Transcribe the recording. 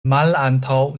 malantaŭ